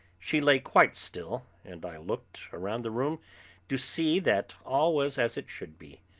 she lay quite still, and i looked round the room to see that all was as it should be.